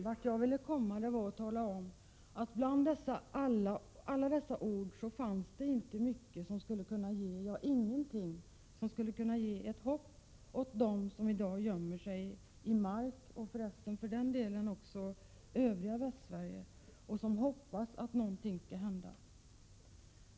Vad jag ville säga var att bland alla dessa ord fanns ingenting som skulle kunna ge ett hopp åt dem som i dag gömmer sig i Mark och för den delen också i övriga Västsverige och som hoppas att någonting skall hända.